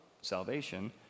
salvation